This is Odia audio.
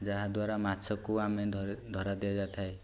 ଯାହାଦ୍ୱାରା ମାଛକୁ ଆମେ ଧରା ଦିଆ ଯାଇଥାଏ